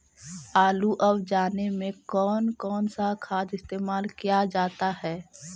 आलू अब जाने में कौन कौन सा खाद इस्तेमाल क्या जाता है?